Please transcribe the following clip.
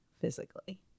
physically